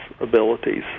abilities